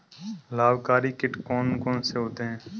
लाभकारी कीट कौन कौन से होते हैं?